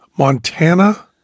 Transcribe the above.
Montana